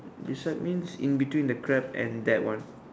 beside means in between the crab and that one